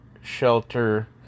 shelter